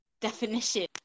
definition